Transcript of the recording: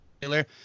Taylor